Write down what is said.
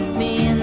me and